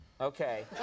Okay